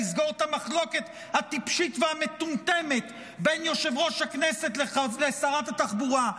לסגור את המחלוקת הטיפשית והמטומטמת בין יושב-ראש הכנסת לשרת התחבורה.